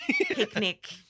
picnic